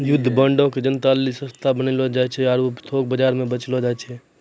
युद्ध बांडो के जनता लेली सस्ता बनैलो जाय छै आरु थोक बजारो मे बेचलो जाय छै